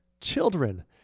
children